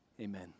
Amen